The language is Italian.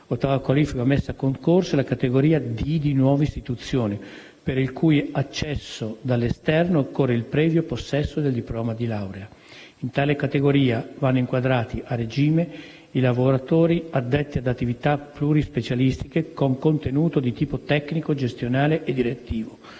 funzionale messa a concorso, è la categoria D di nuova istituzione, per il cui accesso dall'esterno occorre il previo possesso del diploma di laurea. In tale categoria vanno inquadrati, a regime, i lavoratori addetti ad attività plurispecialistiche, con contenuto di tipo tecnico, gestionale e direttivo,